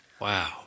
Wow